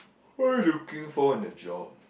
what are you looking for in a job